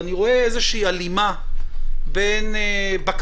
אני רואה פה איזה הלימה בין בקשת